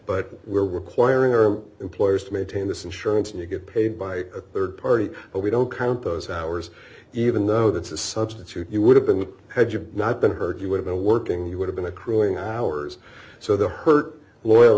but we're requiring our employers to maintain this insurance and you get paid by a rd party but we don't count those hours even though that's a substitute you would have been had you not been heard you would have been working you would have been accruing hours so the hurt loyal